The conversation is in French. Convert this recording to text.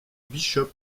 bishop